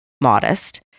modest